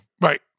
right